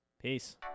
peace